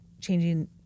changing